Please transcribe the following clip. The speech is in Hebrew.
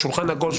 שולחן עגול,